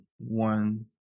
one